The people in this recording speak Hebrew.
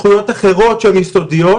זכויות אחרות שהן יסודיות,